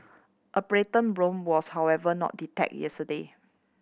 a plankton bloom was however not detected yesterday